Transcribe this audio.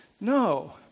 no